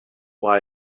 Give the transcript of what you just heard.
why